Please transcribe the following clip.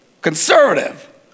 conservative